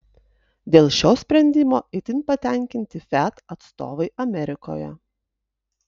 dėl šio sprendimo itin patenkinti fiat atstovai amerikoje